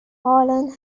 poland